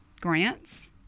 grants